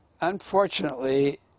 unfortunately